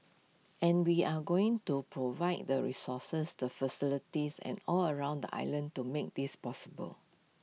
and we are going to provide the resources the facilities and all around the island to make this possible